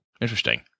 interesting